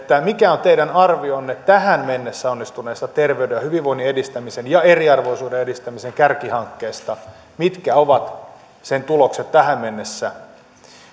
mikä on teidän arvionne tähän mennessä onnistuneesta terveyden ja hyvinvoinnin edistämisen ja eriarvoisuuden vähentämisen kärkihankkeesta mitkä ovat sen tulokset tähän mennessä